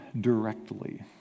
directly